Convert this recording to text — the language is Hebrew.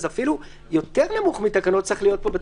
אז אפילו יותר נמוך מתקנות צריך להיות פה,